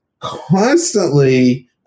constantly